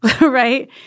right